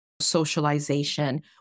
socialization